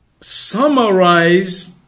summarize